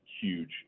huge